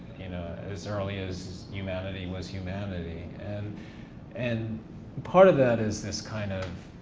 you know, as early as humanity was humanity and and part of that is this kind of,